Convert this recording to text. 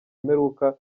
imperuka